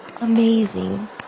amazing